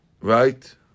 right